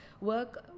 work